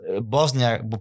Bosnia